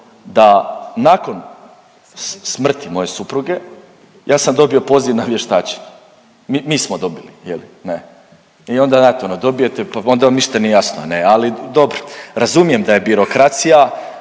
da nakon smrti moje supruge, ja sam dobio poziv na vještačenje. Mi smo dobili, je li, ne? I onda .../nerazumljivo/... dobijete pa onda vam ništa nije jasno, ne? Ali dobro, razumijem da je birokracija,